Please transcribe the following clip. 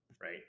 right